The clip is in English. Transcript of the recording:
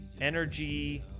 energy